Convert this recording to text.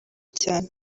cyane